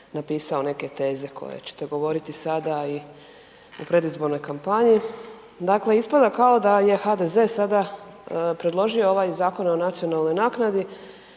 napisao neke teze koje ćete govoriti sada i u predizbornoj kampanji. Dakle, ispada kao da je HDZ sada predložio ovaj Zakon o nacionalnoj naknadi